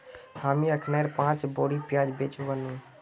हामी अखनइ पांच बोरी प्याज बेचे व नु